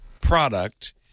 product